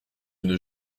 une